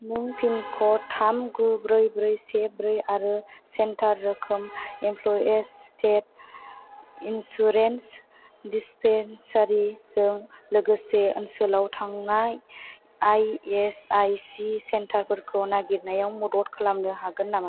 नों पिनक'ड थाम गु ब्रै ब्रै से ब्रै आरो सेन्टार रोखोम इमप्ल'यिज स्टेट इन्सुरेन्स डिस्पेनसारिजों लोगोसे ओनसोलाव थांनाय आइएसआइसि सेन्टारफोरखौ नागिरनायाव मदद खालामनो हागोन नामा